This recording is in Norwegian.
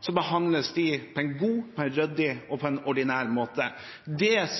så behandles de på en god, ryddig og ordinær måte.